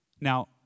Now